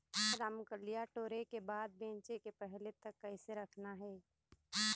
रमकलिया टोरे के बाद बेंचे के पहले तक कइसे रखना हे?